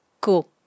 cool